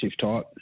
type